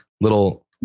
little